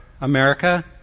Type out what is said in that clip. America